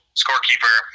scorekeeper